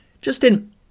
Justin